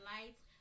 lights